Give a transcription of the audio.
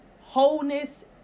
wholeness